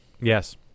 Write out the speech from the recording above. yes